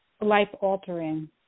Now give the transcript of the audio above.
life-altering